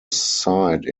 site